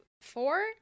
four